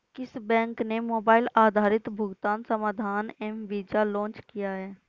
किस बैंक ने मोबाइल आधारित भुगतान समाधान एम वीज़ा लॉन्च किया है?